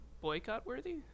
boycott-worthy